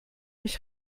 mich